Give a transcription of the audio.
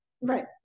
Right